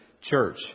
church